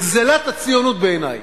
וגזלת הציונות, בעיני,